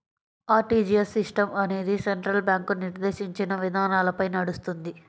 RTGS system అనేది central bank నిర్దేశించిన విధానాలపై నడుస్తుంది